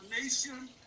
nation